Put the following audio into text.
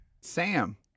Sam